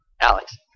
Alex